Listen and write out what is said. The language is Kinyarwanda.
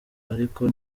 ariko